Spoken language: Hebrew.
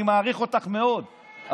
אני מעריך אותך מאוד,